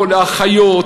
האחיות,